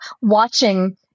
watching